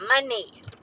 money